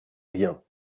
rien